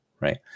right